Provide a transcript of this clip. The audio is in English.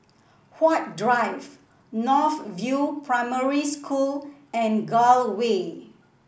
Huat Drive North View Primary School and Gul Way